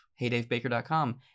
heydavebaker.com